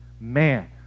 Man